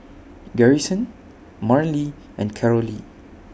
Garrison Marlen and Carolee